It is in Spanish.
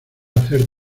hacer